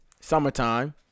Summertime